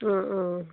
അ ആ